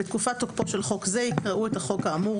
בתקופת תוקפו של חוק זה יקראו את החוק האמור